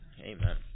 Amen